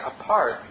apart